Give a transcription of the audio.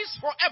forever